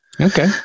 Okay